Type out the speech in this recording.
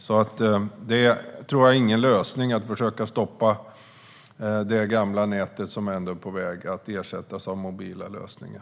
Jag tror inte att det är någon lösning att försöka stoppa det gamla nätet, som ändå är på väg att ersättas av mobila lösningar.